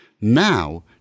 Now